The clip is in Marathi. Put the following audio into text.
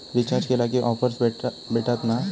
रिचार्ज केला की ऑफर्स भेटात मा?